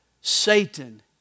Satan